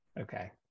Okay